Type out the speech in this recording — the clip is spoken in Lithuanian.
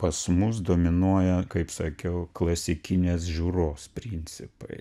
pas mus dominuoja kaip sakiau klasikinės žiūros principai